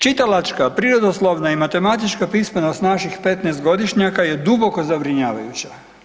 Čitalačka, prirodoslovna i matematička pismenost naših 15-godišnjaka je duboko zabrinjavajuća.